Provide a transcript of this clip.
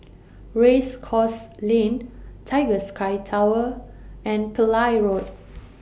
Race Course Lane Tiger Sky Tower and Pillai Road